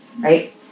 right